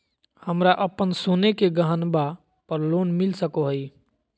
हमरा अप्पन सोने के गहनबा पर लोन मिल सको हइ?